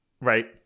Right